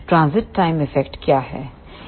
transit time effect क्या है